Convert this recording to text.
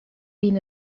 been